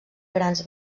grans